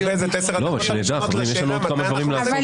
אבל